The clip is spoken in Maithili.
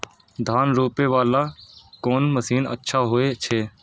धान रोपे वाला कोन मशीन अच्छा होय छे?